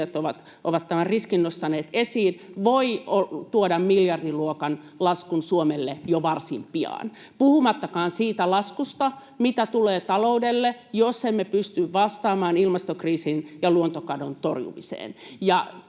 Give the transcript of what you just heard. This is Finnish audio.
ovat tämän riskin nostaneet esiin — voi tuoda miljardiluokan laskun Suomelle jo varsin pian, puhumattakaan siitä laskusta, mikä tulee taloudelle, jos emme pysty vastaamaan ilmastokriisin ja luontokadon torjumiseen.